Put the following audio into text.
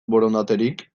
borondaterik